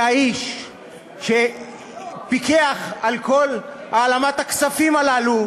והאיש שפיקח על כל העלמת הכספים הללו,